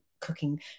Cooking